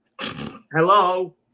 Hello